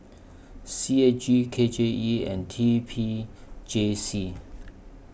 C A G K J E and T P J C